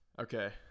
Okay